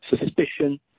suspicion